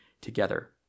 together